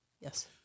Yes